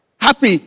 happy